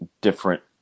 different